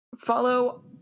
Follow